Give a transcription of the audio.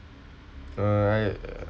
alright